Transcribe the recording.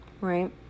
right